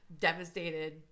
devastated